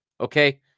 Okay